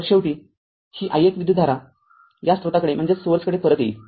तर शेवटीही i१ विद्युतधारा या स्त्रोताकडे परत येईल